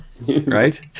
right